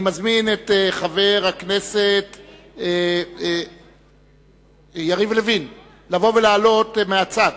אני מזמין את חבר הכנסת יריב לוין להעלות מהצד,